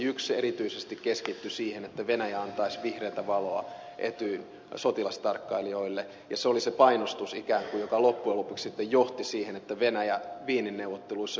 yksi erityisesti keskittyi siihen että venäjä antaisi vihreätä valoa etyjin sotilastarkkailijoille ja se oli ikään kuin se painostus joka loppujen lopuksi sitten johti siihen että venäjä wienin neuvotteluissa hyväksyi neuvottelutuloksen